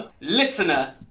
listener